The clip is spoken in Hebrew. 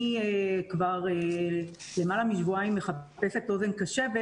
אני כבר למעלה משבועיים מחפשת אוזן קשבת